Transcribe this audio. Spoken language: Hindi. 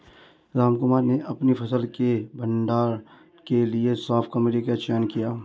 रामकुमार ने अपनी फसल के भंडारण के लिए साफ कमरे का चयन किया